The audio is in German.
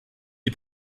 die